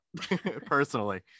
personally